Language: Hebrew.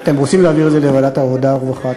אתם רוצים להעביר את זה לוועדת העבודה והרווחה?